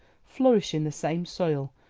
flourish in the same soil,